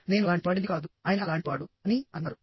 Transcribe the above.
నేను అలాంటివాడిని కాదు ఆయన అలాంటి వాడు అని అన్నారు